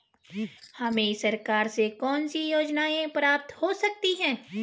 हमें सरकार से कौन कौनसी योजनाएँ प्राप्त हो सकती हैं?